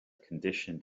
conditioned